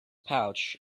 pouch